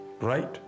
Right